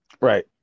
Right